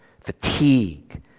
Fatigue